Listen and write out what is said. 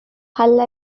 ভাল